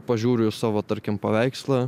pažiūriu į savo tarkim paveikslą